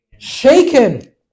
Shaken